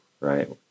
right